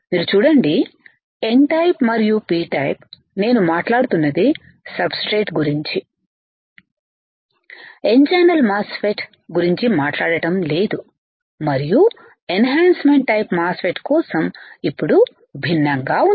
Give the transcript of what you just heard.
మీరు చూడండి n type మరియు p టైప్ నేను మాట్లాడుతున్నది సబ్స్ట్రేట్ గురించి n ఛానల్ మాస్ ఫెట్ గురించి మాట్లాడటం లేదు మరియు enhancement type MOSFET కోసం ఇప్పుడు భిన్నంగా ఉంది